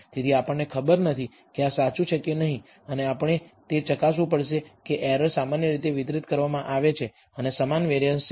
તેથી આપણને ખબર નથી કે આ સાચું છે કે નહીં અને આપણે તે ચકાસવું પડશે કે એરર સામાન્ય રીતે વિતરિત કરવામાં આવે છે અને સમાન વેરિઅન્સ છે